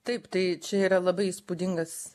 taip tai čia yra labai įspūdingas